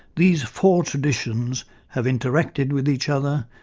these four traditions have interacted with each other,